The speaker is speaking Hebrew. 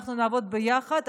אנחנו נעבוד ביחד.